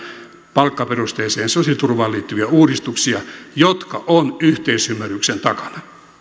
palkkaperusteiseen sosiaaliturvaan liittyviä uudistuksia jotka ovat yhteisymmärryksen takana